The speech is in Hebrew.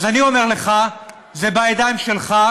אז אני אומר לך: זה בידיים שלך,